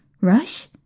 Rush